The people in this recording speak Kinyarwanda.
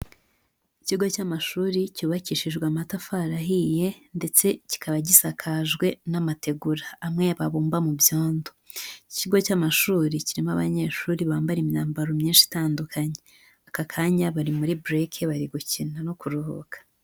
Ikigo cy'amashuri cyubakishijwe amatafari ahiye ndetse kikaba gisakajwe n'amategura amwe babumba mu byondo. Iki kigo cy'amashuri kirimo abanyeshuri bambara imyambaro myinshi itandukanye, aka kanya bari muri bureke bari gukina no kuruhuka.